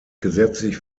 gesetzlich